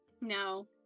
no